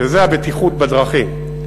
וזה הבטיחות בדרכים,